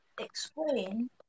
explain